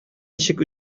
ничек